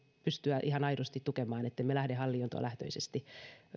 pystyä ihan aidosti tukemaan niin ettemme lähde hallintolähtöisesti